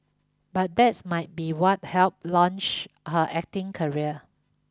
but that's might be what helped launch her acting career